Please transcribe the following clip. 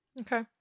Okay